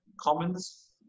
commons